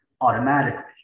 automatically